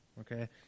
Okay